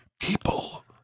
People